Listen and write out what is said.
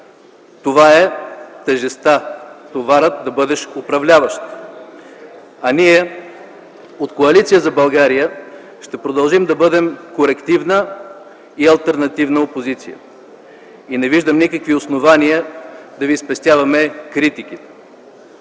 Това е тежестта, товарът да бъдеш управляващ. А ние от Коалиция за България ще продължим да бъдем корективна и алтернативна опозиция. Не виждам никакви основания да ви спестяваме критики.